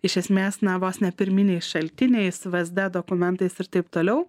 iš esmės na vos ne pirminiais šaltiniais vsd dokumentais ir taip toliau